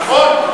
נכון?